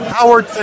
Howard